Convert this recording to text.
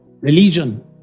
religion